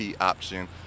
option